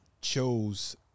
chose